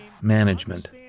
management